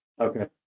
Okay